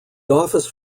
office